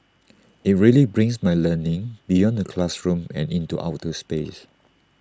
IT really brings my learning beyond the classroom and into outer space